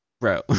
bro